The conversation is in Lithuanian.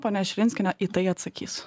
ponia širinskienė į tai atsakys